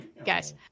Guys